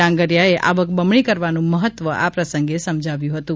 ડાંગરીયાએ આવક બમણી કરવાનું મહત્વ આ પ્રસંગે સમજાવ્યું હતું